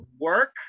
work